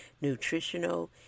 nutritional